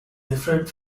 different